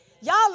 Y'all